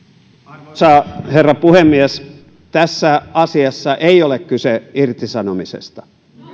arvoisa herra puhemies tässä asiassa ei ole kyse irtisanomisesta